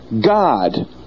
God